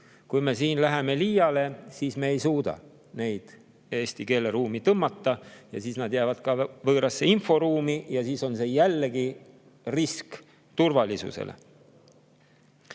Kui me siin läheme liiale, siis me ei suuda neid eesti keeleruumi tõmmata ja nad jäävad võõrasse inforuumi. See on jällegi risk turvalisusele.